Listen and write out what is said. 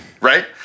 right